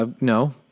No